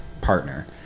partner